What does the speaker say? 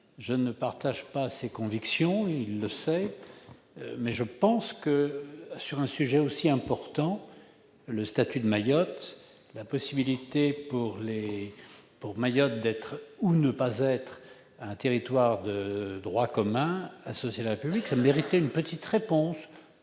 Je ne partage pas ses convictions, et il le sait, mais je pense qu'un sujet aussi important que le statut de Mayotte et la possibilité que cette île ne soit pas un territoire de droit commun associé à la République méritaient une petite réponse.